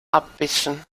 abwischen